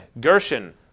Gershon